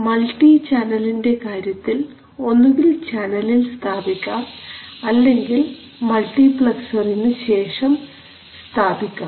multi ചാനലിന്റെ കാര്യത്തിൽ ഒന്നുകിൽ ചാനലിൽ സ്ഥാപിക്കാം അല്ലെങ്കിൽ മൾട്ടിപ്ലക്സറിനു ശേഷം സ്ഥാപിക്കാം